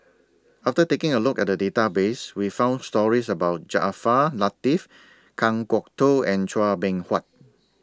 after taking A Look At The Database We found stories about Jaafar Latiff Kan Kwok Toh and Chua Beng Huat